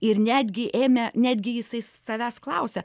ir netgi ėmė netgi jisai savęs klausė